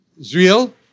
Israel